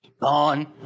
gone